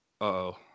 Uh-oh